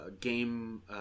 game